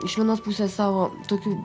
iš vienos pusės savo tokių